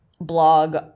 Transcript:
blog